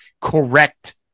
correct